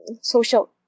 social